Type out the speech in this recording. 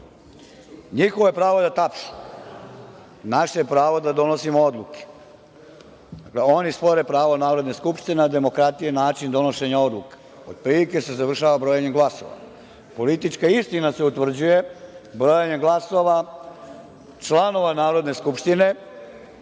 je pravo da tapšu, naše je pravo da donosimo odluke. Oni spore pravo Narodne skupštine a demokratija je način donošenja odluka. Otprilike se završava brojanje glasova. Politička istina se utvrđuje brojanjem glasova članova Narodne skupštine